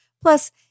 Plus